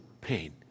pain